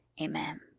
Amen